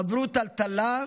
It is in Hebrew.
עברו טלטלה,